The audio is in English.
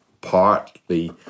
partly